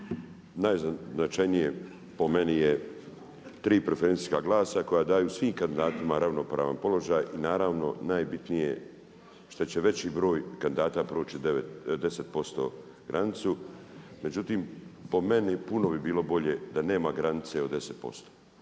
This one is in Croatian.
najznačajnije po meni je tri preferencijska glasa koja daju svim kandidatima ravnopravan položaj i naravno najbitnije je što će veći broj kandidata proći 10% granicu. Međutim po meni puno bi bilo bolje da nema granice od 10%.